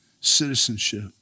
citizenship